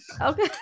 Okay